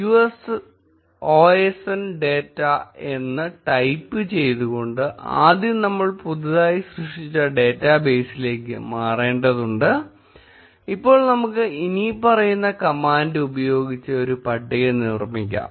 use osn data എന്ന് type ചെയ്ത് കൊണ്ട് ആദ്യം നമ്മൾ പുതുതായി സൃഷ്ടിച്ച ഡാറ്റാബേസിലേക്ക് മാറേണ്ടതുണ്ട് ഇപ്പോൾ നമുക്ക് ഇനിപ്പറയുന്ന കമാൻഡ് ഉപയോഗിച്ച് ഒരു പട്ടിക നിർമിക്കാം